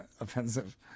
offensive